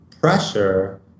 pressure